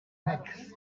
next